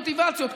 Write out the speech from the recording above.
מוטיבציות,